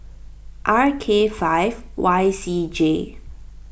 R K five Y C J